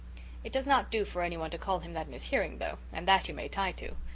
it does not do for anyone to call him that in his hearing, though, and that you may tie to.